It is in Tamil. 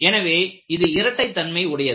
எனவே இது இரட்டை தன்மை உடையது